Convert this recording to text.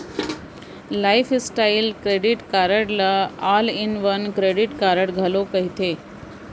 lifestyle credit card ल all in one credit card घलो केहे जाथे